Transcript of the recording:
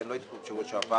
כי לא הייתי פה בשבוע שעבר,